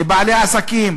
לבעלי עסקים,